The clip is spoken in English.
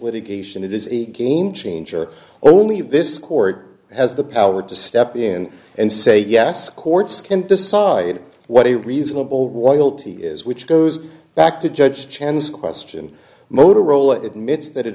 litigation it is a game changer only this court has the power to step in and say yes courts can decide what a reasonable walty is which goes back to judge chen's question motorola admits that it